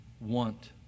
want